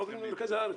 פשוט עוברים למרכז הארץ.